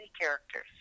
characters